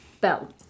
Bell